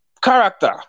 Character